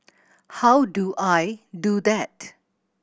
how do I do that